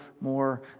more